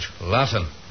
Latin